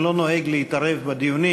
אני לא נוהג להתערב בדיונים,